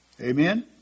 Amen